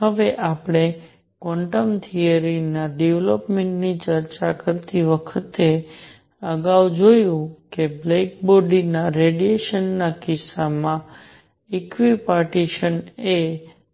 હવે આપણે ક્વોન્ટમ થિયરીના ડેવલપમેંટ ની ચર્ચા કરતી વખતે અગાઉ જોયું છે કે બ્લેક બોડી ના રેડિયેશન ના કિસ્સામાં ઇક્વિપાર્ટીશન એ